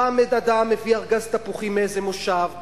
בא אדם ומביא ארגז תפוחים מאיזה מושב,